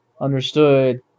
understood